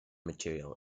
material